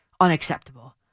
unacceptable